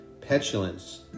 petulance